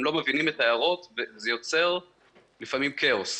הם לא מבינים את ההערות וזה יוצר לפעמים כאוס.